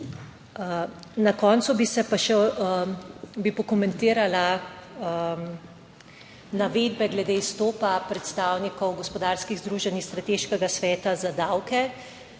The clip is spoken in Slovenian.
Na koncu bi se pa še, bi pokomentirala navedbe glede izstopa predstavnikov gospodarskih združenj iz strateškega sveta za davke.